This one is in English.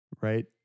right